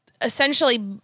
essentially